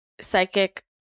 psychic